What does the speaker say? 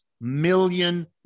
million